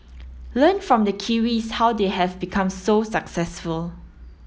learn from the Kiwis how they have become so successful